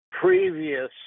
previous